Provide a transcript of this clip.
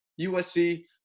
USC